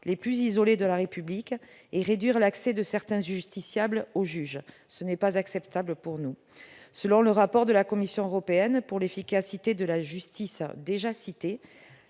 les plus isolés de la République et réduire l'accès de certains justiciables au juge. Ce n'est pas acceptable pour nous ! Selon le rapport de la Commission européenne pour l'efficacité de la justice, déjà cité,